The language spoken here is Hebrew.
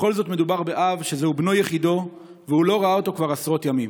בכל זאת מדובר באב שזהו בנו יחידו והוא לא ראה אותו כבר עשרות ימים.